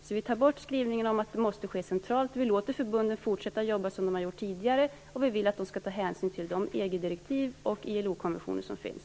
Vi tar alltså bort skrivningen om att detta måste ske centralt. Vi låter förbunden fortsätta jobba som de har gjort tidigare, och vi vill att de skall ta hänsyn till de EG-direktiv och ILO-konventioner som finns.